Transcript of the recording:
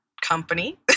company